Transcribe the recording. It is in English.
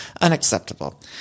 Unacceptable